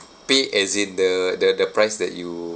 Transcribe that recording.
pay as in the the the price that you